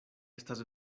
estas